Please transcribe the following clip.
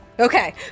Okay